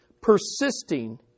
Persisting